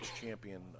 champion